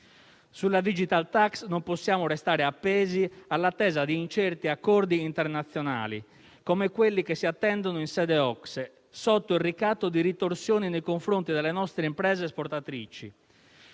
Sulla *digital tax* non possiamo restare appesi all'attesa di incerti accordi internazionali, come quelli che si attendono in sede OCSE, sotto il ricatto di ritorsione nei confronti delle nostre imprese esportatrici.